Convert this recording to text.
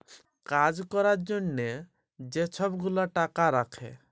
কাজ ক্যরার জ্যনহে যে ছব গুলা টাকা রাখ্যে